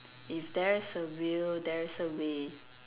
if there is a will there is a way